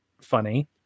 funny